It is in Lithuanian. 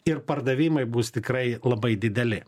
ir pardavimai bus tikrai labai dideli